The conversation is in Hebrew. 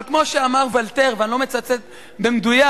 אבל כמו שאמר וולטר, ואני לא מצטט במדויק: